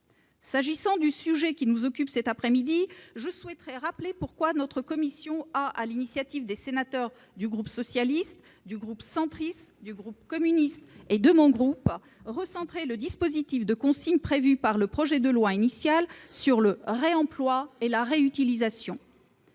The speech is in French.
S'agissant du sujet qui nous occupe cet après-midi, je souhaite rappeler pourquoi la commission a, sur l'initiative des sénateurs du groupe socialiste, du groupe centriste, du groupe communiste et de mon groupe, recentré le dispositif de consigne prévu par le projet de loi initial sur le réemploi et la réutilisation.